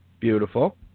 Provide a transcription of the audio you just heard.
Beautiful